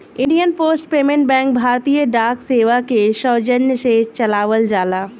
Indian post payment bank भारतीय डाक सेवा के सौजन्य से चलावल जाला